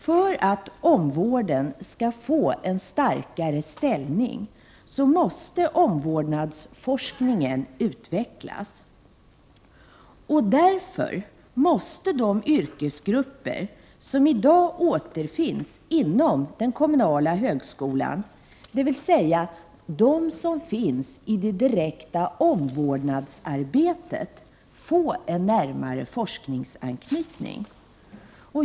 För att omvårdnaden skall få en starkare ställning måste omvårdnadsforskningen utvecklas. Därför måste de yrkesgrupper som i dag återfinns inom den kommunala högskolan, dvs. de som finns i det direkta omvårdnadsarbetet, få en närmare forskningsanknytning.